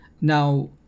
Now